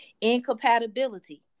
incompatibility